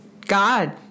God